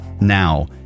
Now